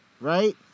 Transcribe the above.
right